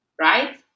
right